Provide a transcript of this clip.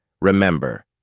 remember